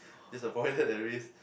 just avoided that risk